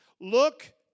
Look